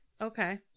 okay